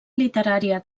literària